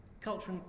Culture